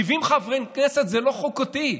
70 חברי כנסת זה לא חוקתי,